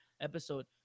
episode